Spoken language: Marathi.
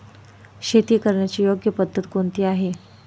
शेती करण्याची योग्य पद्धत कोणती आहे?